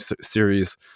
series